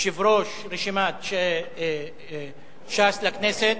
יושב-ראש רשימת ש"ס לכנסת,